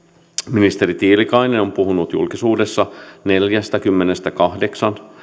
ministeri tiilikainen on puhunut julkisuudessa neljästäkymmenestäkahdeksasta